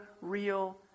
real